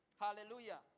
Hallelujah